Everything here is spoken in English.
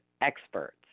experts